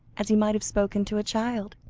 as he might have spoken to a child.